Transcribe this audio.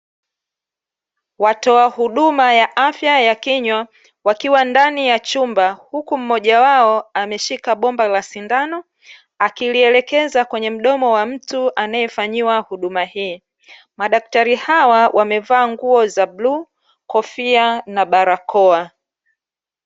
Watoa huduma ya afya ya kinywa wakiwa ndani ya chumba huku mmoja wao ameshika bomba la sindano akilielekeza kwenye mdomo wa mtu anayefanyiwa huduma hii, madaktari hawa wamevaa nguo za bluu kofia na barakoa.